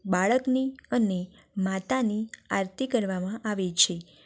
બાળકની અને માતાની આરતી કરવામાં આવે છે